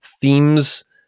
themes